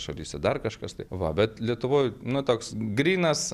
šalyse dar kažkas taip va bet lietuvoj nu toks grynas